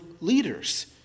leaders